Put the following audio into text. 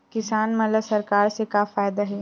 किसान मन ला सरकार से का फ़ायदा हे?